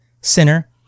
Sinner